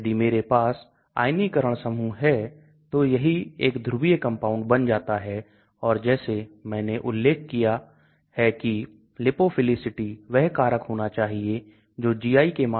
आइए हम इस आयनीकरण समूह को देखें इसे Artemisinin कहां जाता है यह एक प्राकृतिक उत्पाद है यह मलेरिया का इलाज है इसके पास बहुत कम जलीय घुलनशीलता है